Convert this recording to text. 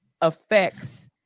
affects